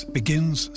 begins